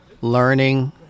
learning